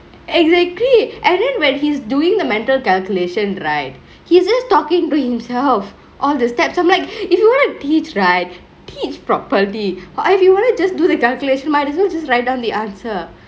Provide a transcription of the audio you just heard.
exactly and then when he's doingk the mental calculation right he's just talkingk to himself all the steps I'm like if you want to teach right teach properly or if you wanted to just do the calculation might as well just write down the answer